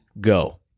go